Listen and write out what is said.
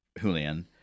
Julian